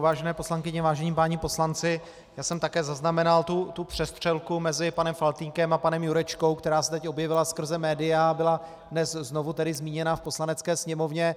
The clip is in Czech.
Vážené paní poslankyně, vážení páni poslanci, já jsem také zaznamenal tu přestřelku mezi panem Faltýnkem a panem Jurečkou, která se teď objevila skrze média a byla dnes znovu zmíněna v Poslanecké sněmovně.